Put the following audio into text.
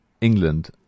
England